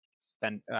spend